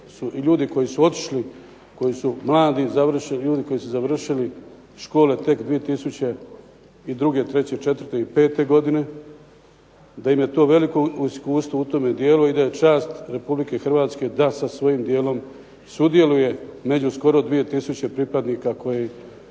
ljudi koji su otišli, koji su mladi završili, ljudi koji su završili škole tek 2000. i 2002., 2003., 2004. i 2005. godine da im je to veliko iskustvo u tome dijelu i da je čast RH da sa svojim dijelom sudjeluje među skoro 2000 pripadnika koji tu